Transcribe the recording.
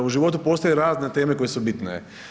U životu postoje razne teme koje su bitne.